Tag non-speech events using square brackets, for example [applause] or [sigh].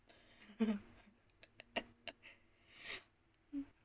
[laughs]